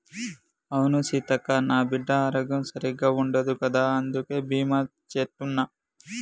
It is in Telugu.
అవును సీతక్క, నా బిడ్డ ఆరోగ్యం సరిగ్గా ఉండదు కదా అందుకే బీమా సేత్తున్న